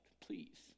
Please